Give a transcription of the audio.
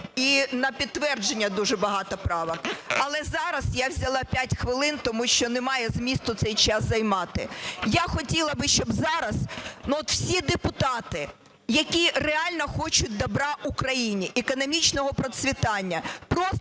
і на підтвердження дуже багато правок. Але зараз я взяла 5 хвилин, тому що немає змісту цей час займати. Я хотіла би, щоб зараз всі депутати, які реально хочуть добра Україні, економічного процвітання,